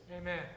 Amen